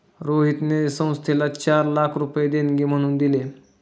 रोहितने संस्थेला चार लाख रुपये देणगी म्हणून दिले